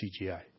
CGI